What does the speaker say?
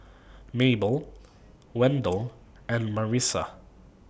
Mabell Wendel and Marissa